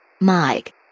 Mike